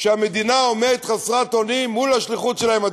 שהמדינה עומדת חסרת אונים מול השליחות שלהם?